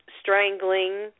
strangling